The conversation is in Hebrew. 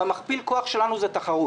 ומכפיל הכול שלנו זה תחרות.